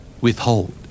Withhold